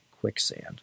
quicksand